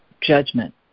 judgment